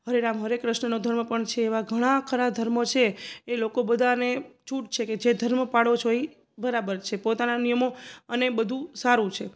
હરે રામ હરે કૃષ્ણનો ધર્મ પણ છે એવા ઘણા ખરા ધર્મો છે એ લોકો બધાને છૂટ છે કે જે ધર્મ પાળો છો એ બરાબર છે પોતાના નિયમો અને બધું સારું છે